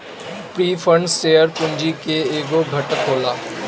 preferred share पूंजी के एगो घटक होला